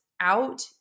out